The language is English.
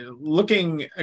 looking